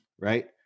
right